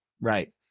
right